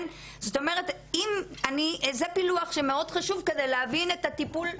זה פילוח שמאוד חשוב כדי להבין את הטיפול.